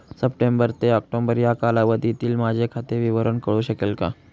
September ते October या कालावधीतील माझे खाते विवरण कळू शकेल का?